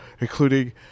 including